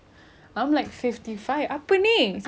ini weighing scale yang salah ke saya yang bersalah